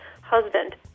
Husband